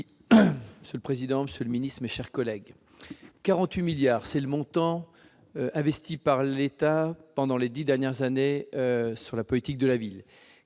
Monsieur le président, monsieur le ministre, mes chers collègues, 48 millions d'euros, tel est le montant investi par l'État pendant les dix dernières années sur la politique de la ville.